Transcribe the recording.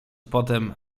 potem